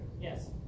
Yes